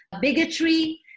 bigotry